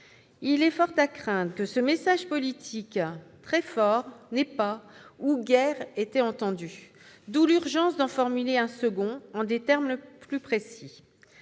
Il est à craindre que ce message politique très fort n'ait pas ou guère été entendu, d'où l'urgence d'en formuler un second en des termes plus précis.